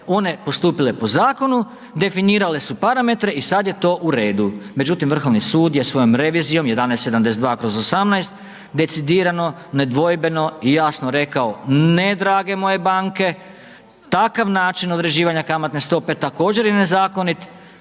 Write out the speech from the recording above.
one postupile po zakonu, definirale su parametre i sad je to u redu međutim Vrhovni sud je svojom revizijom 1172/18 decidirano, nedvojbeno i jasno rekao ne, drage moje banke, takav način određivanja kamatne stope također je nezakonit